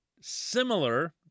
similar